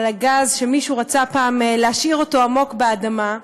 על הגז, שמישהו רצה פעם להשאיר אותו עמוק באדמה.